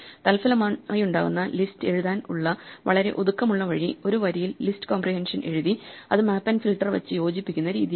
തൽഫലമായുണ്ടാകന്ന list എഴുതാൻ ഉള്ള വളരെ ഒതുക്കമുള്ള വഴി ഒരു വരിയിൽ ലിസ്റ്റ് കോംപ്രിഹെൻഷൻ എഴുതി അത് മാപ്പ് ഫിൽട്ടർ വച്ച് യോജിപ്പിക്കുന്ന രീതിയാണ്